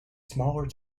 smaller